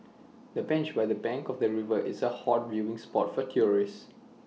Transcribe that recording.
the bench by the bank of the river is A hot viewing spot for tourists